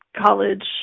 college